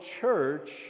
church